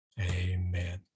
Amen